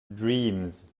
dreams